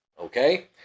okay